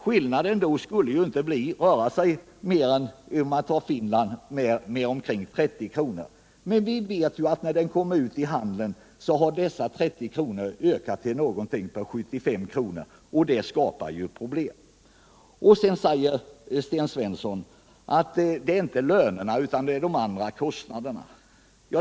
Skillnaden gentemot exempelvis Finland skulle då inte bli större än omkring 30 kr., men vi vet att när klänningen kommer ut i handeln har dessa 30 kr. ökat till någonting på 75, och det skapar problem. Sedan sade Sten Svensson att det är inte lönerna som bär skulden, utan de andra kostnaderna.